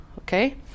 okay